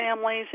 families